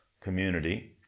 community